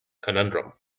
conundrum